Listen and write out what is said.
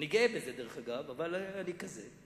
אני גאה בזה, דרך אגב, אבל אני כזה,